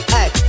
Hey